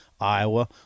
Iowa